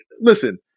Listen